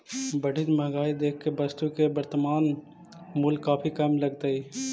बढ़ित महंगाई देख के वस्तु के वर्तनमान मूल्य काफी कम लगतइ